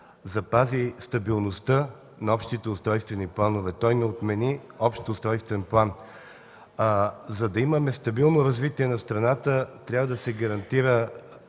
запази стабилността на общите устройствени планове. Той не отмени общ устройствен план. За да имаме стабилно развитие на страната, трябва да се гарантира